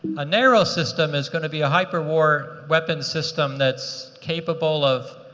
a narrow system is going to be a hyperwar weapon system that's capable of